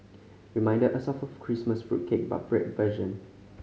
reminded us of a Christmas fruit cake but bread version